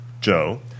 joe